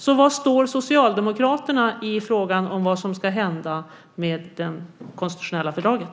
Och var står Socialdemokraterna i frågan om vad som ska hända med det konstitutionella fördraget?